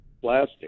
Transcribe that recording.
plastic